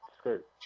skirt